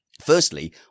Firstly